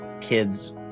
kids